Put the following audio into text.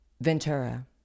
Ventura